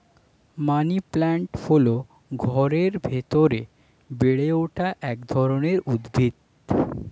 money plant হল ঘরের ভেতরে বেড়ে ওঠা এক ধরনের উদ্ভিদ